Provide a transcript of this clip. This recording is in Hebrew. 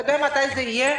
אתה יודע מתי זה יהיה?